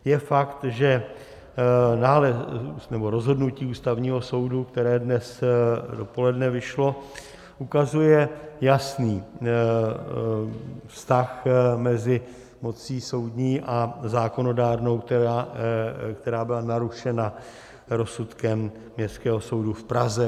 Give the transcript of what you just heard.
Je fakt, že rozhodnutí Ústavního soudu, které dnes dopoledne vyšlo, ukazuje jasný vztah mezi mocí soudní a zákonodárnou, která byla narušena rozsudkem Městského soudu v Praze.